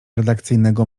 redakcyjnego